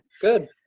good